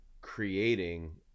creating